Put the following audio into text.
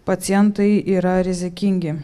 pacientai yra rizikingi